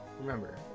Remember